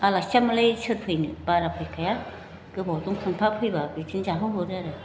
आलासियाबोलाय सोर फैनो बारा फैखाया गोबावजों सानफा फैबा बिदिनो जाहोहरो आरो